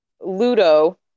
ludo